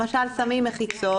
למשל שמים מחיצות.